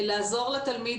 לעזור לתלמיד,